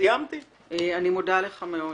אני מודה לך מאוד.